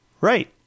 Right